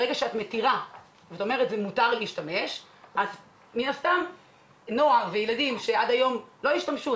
ברגע שאת מתירה את השימוש מן הסתם נוער וילדים שעד היום לא השתמשו,